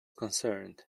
concerned